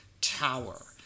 tower